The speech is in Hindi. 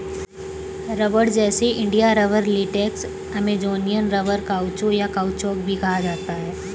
रबड़, जिसे India rubber, latex, Amazonian rubber, caucho, या काउचौक भी कहा जाता है